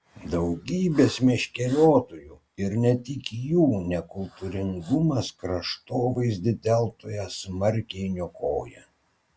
daugybės meškeriotojų ir ne tik jų nekultūringumas kraštovaizdį deltoje smarkiai niokoja